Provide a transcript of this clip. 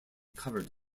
covered